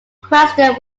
question